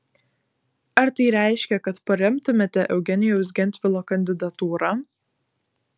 ar tai reiškia kad paremtumėte eugenijaus gentvilo kandidatūrą